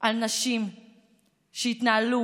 של נשים שבאי המשכן הזה התנהלו